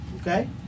okay